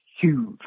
huge